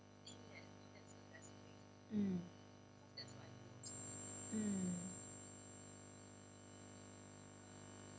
mm mm